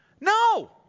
No